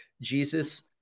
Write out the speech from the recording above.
Jesus